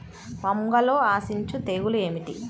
వంగలో ఆశించు తెగులు ఏమిటి?